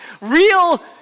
real